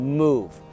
move